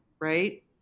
Right